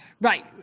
Right